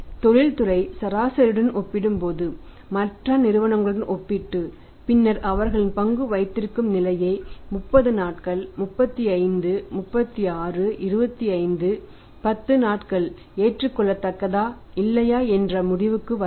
எனவே தொழில்துறை சராசரியுடன் ஒப்பிடும்போது மற்ற நிறுவனங்களுடன் ஒப்பிட்டு பின்னர் அவர்களின் பங்கு வைத்திருக்கும் நிலையை 30 நாட்கள் 35 36 25 10 நாட்கள் ஏற்றுக்கொள்ளத்தக்கதா இல்லையா என்ற முடிவுக்கு வரவும்